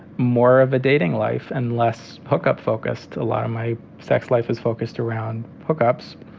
more of a dating life and less hookup focused. a lot of my sex life is focused around hookups.